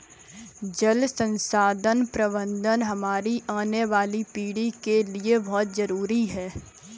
जल संसाधन प्रबंधन हमारी आने वाली पीढ़ी के लिए बहुत जरूरी है